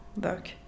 work